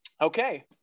Okay